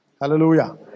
Hallelujah